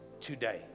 today